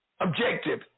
Objective